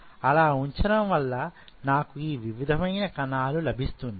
అలా ఉంచడం వల్ల నాకు ఈ విధమైన కణాలు లభిస్తున్నాయి